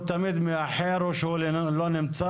הוא תמיד מאחר או שהוא לא נמצא,